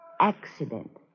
Accident